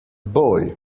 boy